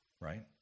right